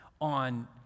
on